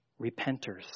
repenters